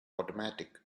automatic